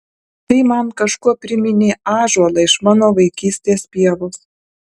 tai man kažkuo priminė ąžuolą iš mano vaikystės pievos